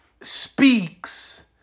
speaks